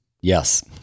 yes